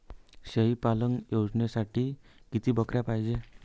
शेळी पालन योजनेसाठी किती बकऱ्या पायजे?